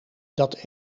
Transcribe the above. dat